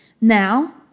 Now